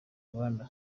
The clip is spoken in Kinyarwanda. rwanda